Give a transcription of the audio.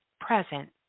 present